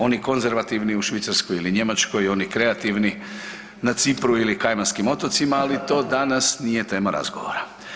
Oni konzervativni u Švicarskoj ili Njemačkoj, oni kreativni na Cipru ili Kajmanskim otocima, ali to danas nije tema razgovora.